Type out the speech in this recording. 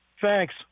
Thanks